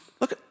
look